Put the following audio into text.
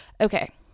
Okay